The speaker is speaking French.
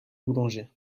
boulanger